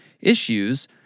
issues